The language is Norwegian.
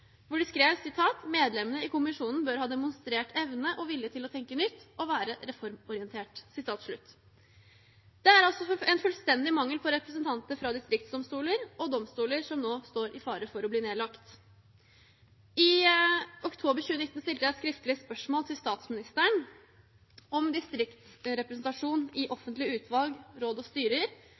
hvor de skrev: «Medlemmene i kommisjonen bør ha demonstrert evne og vilje til å tenke nytt og være reformorientert.» Det er altså en fullstendig mangel på representanter fra distriktsdomstoler og domstoler som nå står i fare for å bli nedlagt. I oktober 2019 stilte jeg et skriftlig spørsmål til statsministeren om distriktsrepresentasjon i offentlige utvalg, råd og styrer